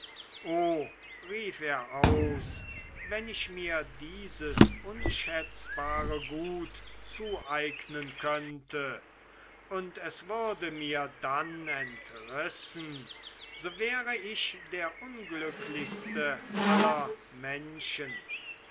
rief er aus wenn ich mir dieses unschätzbare gut zueignen könnte und es würde mir dann entrissen so wäre ich der unglücklichste aller menschen